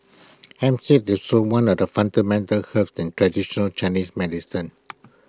hemp seed is also one of the fundamental herbs in traditional Chinese medicine